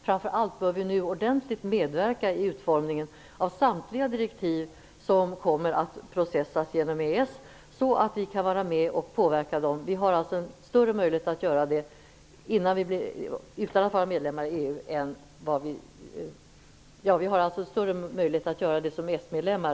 Framför allt bör vi nu ordentligt medverka i utformningen av samtliga direktiv som kommer att processas genom EES, så att vi kan vara med och påverka dem. Vi har alltså större möjlighet att göra det som EES-medlemmar än som EU-medlemmar.